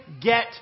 get